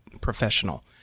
professional